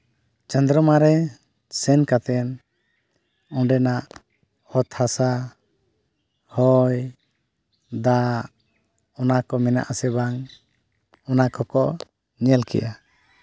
ᱪᱚᱱᱫᱨᱚ ᱢᱟ ᱨᱮ ᱥᱮᱱ ᱠᱟᱛᱮᱫ ᱚᱸᱰᱮᱱᱟᱜ ᱚᱛ ᱦᱟᱥᱟ ᱦᱚᱭ ᱫᱟᱜ ᱚᱱᱟ ᱠᱚ ᱢᱮᱱᱟᱜ ᱟᱥᱮ ᱵᱟᱝ ᱚᱱᱟ ᱠᱚᱠᱚ ᱧᱮᱞ ᱠᱮᱜᱼᱟ